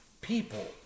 people